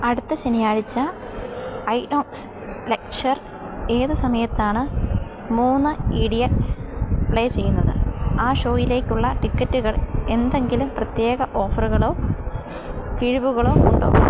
അടുത്ത ശനിയാഴ്ച INOX leisure ഏത് സമയത്താണ് മൂന്ന് ഇ ഡി എക്സ് പ്ലേ ചെയ്യുന്നത് ആ ഷോയിലേക്കുള്ള ടിക്കറ്റുകൾ എന്തെങ്കിലും പ്രത്യേക ഓഫറുകളോ കിഴിവുകളോ ഉണ്ടോ